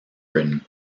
britain